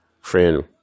friend